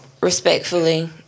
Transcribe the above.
Respectfully